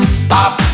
stop